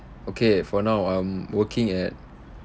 okay for now I'm working at